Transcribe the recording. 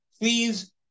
please